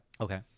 Okay